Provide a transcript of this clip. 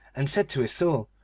and said to his soul,